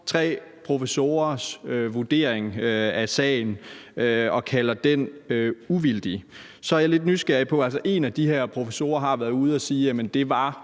tre professorers vurdering af sagen og kalder den uvildig, så er jeg lidt nysgerrig. En af de her professorer har været ude at sige, at det var